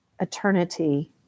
eternity